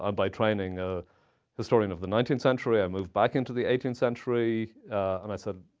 um by training, a historian of the nineteenth century. i moved back into the eighteenth century and i said,